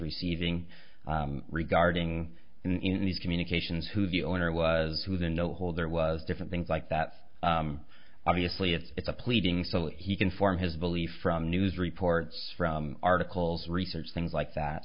receiving regarding in these communications who the owner was who was in no hold there was different things like that obviously it's a pleading so he can form his belief from news reports from articles research things like that